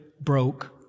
broke